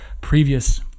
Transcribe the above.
previous